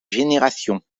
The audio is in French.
générations